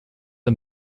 are